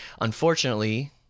Unfortunately